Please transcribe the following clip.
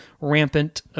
rampant